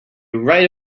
right